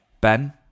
Ben